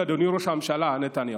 אדוני ראש הממשלה נתניהו,